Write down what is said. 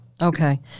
Okay